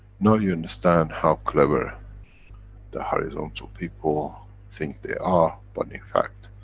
now you understand how clever the horizontal people think they are but in fact,